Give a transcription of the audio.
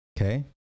okay